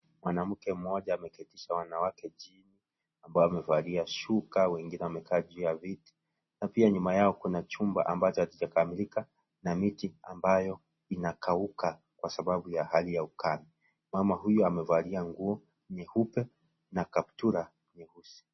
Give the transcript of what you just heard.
Mwanamke mmoja ameketisha wanawake chini, ambao wamevalia shuka wengine wamekaa juu ya viti. Na pia nyuma yao kuna chumba ambacho hakijakamilika na miti ambayo inakauka kwa sababu ya hali ya ukame. Mama huyu amevalia nguo nyeupe na kaptura nyeusi.